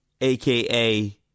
aka